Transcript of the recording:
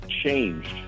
changed